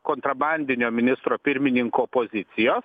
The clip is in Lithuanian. kontrabandinio ministro pirmininko pozicijos